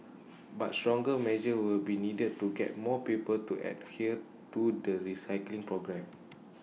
but stronger measures will be needed to get more people to adhere to the recycling program